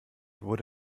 wurde